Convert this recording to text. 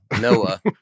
Noah